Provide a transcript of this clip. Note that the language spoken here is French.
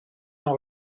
n’en